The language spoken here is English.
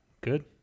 Good